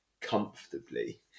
comfortably